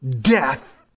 death